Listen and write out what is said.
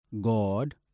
God